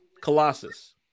Colossus